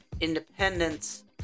independence